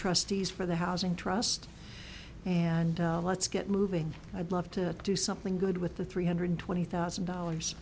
trustees for the housing trust and let's get moving i'd love to do something good with the three hundred twenty thousand dollars